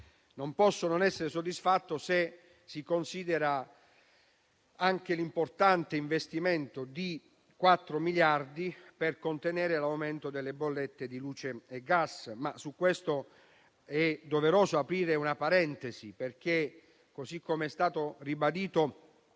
non posso che essere soddisfatto, se si considera anche l'importante investimento di 4 miliardi per contenere l'aumento delle bollette di luce e gas. Su questo però è doveroso aprire una parentesi. Così come è stato ribadito